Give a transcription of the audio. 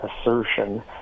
assertion